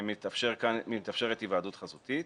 מתאפשרת היוועדות חזותית.